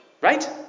Right